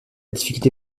difficulté